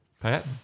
Pat